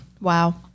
Wow